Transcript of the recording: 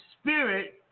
spirit